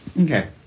Okay